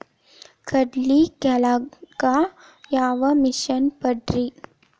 ಕಡ್ಲಿ ಕೇಳಾಕ ಯಾವ ಮಿಷನ್ ಪಾಡ್ರಿ?